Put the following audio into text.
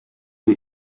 wir